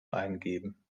eingeben